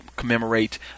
commemorate